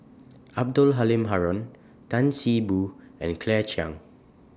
Abdul Halim Haron Tan See Boo and Claire Chiang